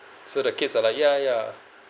so the kids are like ya ya